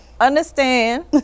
understand